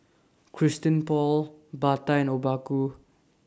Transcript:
Christian Paul Bata and Obaku